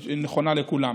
שנכונה לכולם.